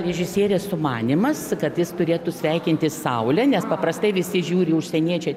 režisierės sumanymas kad jis turėtų sveikinti saulę nes paprastai visi žiūri užsieniečiai